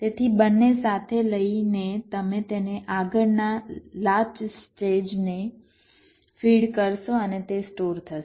તેથી બંને સાથે લઈને તમે તેને આગળના લાચ સ્ટેજને ફીડ કરશો અને તે સ્ટોર થશે